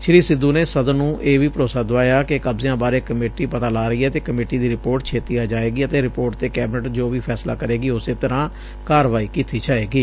ਸ੍ਰੀ ਸਿੱਧੁ ਨੇ ਸਦਨ ਨੂੰ ਇਹ ਵੀ ਭਰੋਸਾ ਦੁਆਇਆ ਕਿ ਕਬਜ਼ਿਆਂ ਬਾਰੇ ਕਮੇਟੀ ਪਤਾ ਲਾ ਰਹੀ ਏ ਅਤੇ ਕਮੇਟੀ ਦੀ ਰਿਪੋਰਟ ਛੇਤੀ ਆ ਜਾਏਗੀ ਅਤੇ ਰਿਪੋਰਟ ਤੇ ਕੈਬਨਿਟ ਜੋ ਵੀ ਫੈਸਲਾ ਕਰੇਗੀ ਉਸੇ ਤਰੁਾਂ ਕਾਰਵਾਈ ਕੀਤੀ ਜਾਏਗੀ